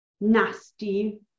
nasty